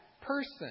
person